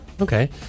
Okay